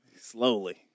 Slowly